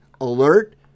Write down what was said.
alert